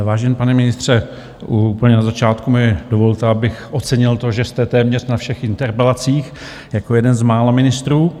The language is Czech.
Vážený pane ministře, úplně na začátku mi dovolte, abych ocenil to, že jste téměř na všech interpelacích jako jeden z mála ministrů.